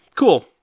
Cool